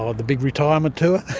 ah the big retirement tour.